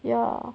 ya